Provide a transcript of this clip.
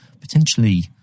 potentially